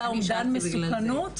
אומדן מסוכנות.